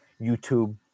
YouTube